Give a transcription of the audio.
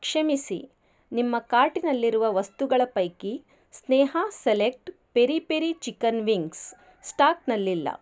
ಕ್ಷಮಿಸಿ ನಿಮ್ಮ ಕಾರ್ಟಿನಲ್ಲಿರುವ ವಸ್ತುಗಳ ಪೈಕಿ ಸ್ನೇಹ select peri peri chicken wings ಸ್ಟಾಕ್ನಲ್ಲಿಲ್ಲ